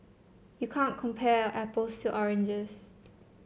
you can't compare apples to oranges